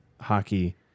hockey